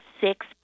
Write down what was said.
six